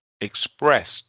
expressed